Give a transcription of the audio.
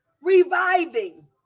reviving